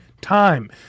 time